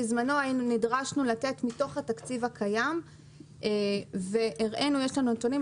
בזמנו נדרשנו לתת מתוך התקציב הקיים והראינו יש לנו נתונים,